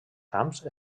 camps